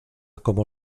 como